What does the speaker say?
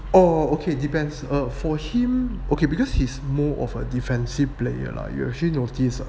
oh okay depends err for him okay because he's more of a defensive player lah you actually notice